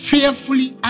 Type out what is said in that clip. Fearfully